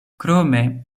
krome